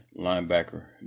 linebacker